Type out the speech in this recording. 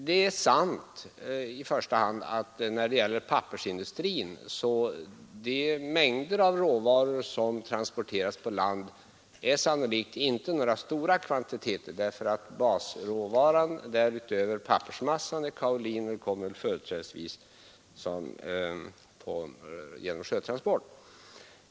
Det är sant att det för pappersindustrin sannolikt inte är några stora kvantiteter som transporteras på land, för basråvaran kaolin — utöver pappersmassa — kommer företrädesvis genom sjötransport.